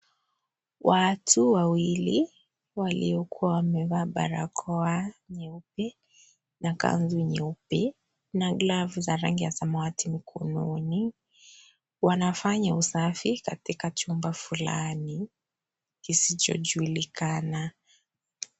Watu wawili waliokuwa wamevaa barakoa nyeupe na kanzu nyeupe na glavu za rangi ya samawati mkononi, wanafanya usafi katika jumba fulani kisichojulilana.